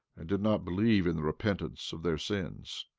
and did not believe in the repentance of their sins.